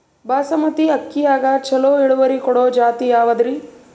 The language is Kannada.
ಬಾಸಮತಿ ಅಕ್ಕಿಯಾಗ ಚಲೋ ಇಳುವರಿ ಕೊಡೊ ಜಾತಿ ಯಾವಾದ್ರಿ?